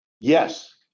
Yes